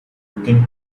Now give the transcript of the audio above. looking